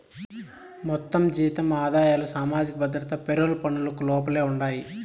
మొత్తం జీతం ఆదాయాలు సామాజిక భద్రత పెరోల్ పనులకు లోపలే ఉండాయి